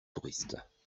touristes